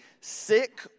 sick